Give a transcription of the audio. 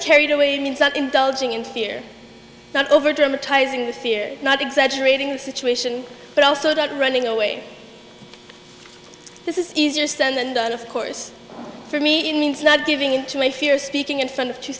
carried away means that indulging in fear not overdramatizing the fear not exaggerating the situation but also that running away this is easier said than done of course for me it means not giving in to my fears speaking in front of two